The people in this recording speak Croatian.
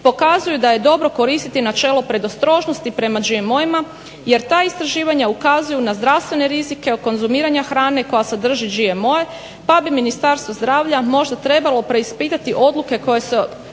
pokazuju da je dobro koristiti načelo predostrožnosti prema GMO-ima jer ta istraživanja ukazuju na zdravstvene rizike od konzumiranja hrane koja sadrži GMO-e pa bi Ministarstvo zdravlja možda trebalo preispitati odluke koje na